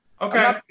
Okay